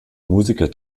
musiker